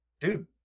dude